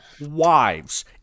wives